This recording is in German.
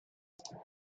auch